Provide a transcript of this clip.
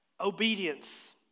Obedience